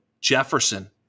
Jefferson